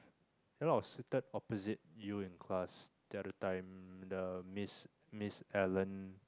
then I was seated opposite you in class the other time the Miss Miss Ellen